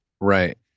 Right